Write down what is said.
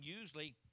usually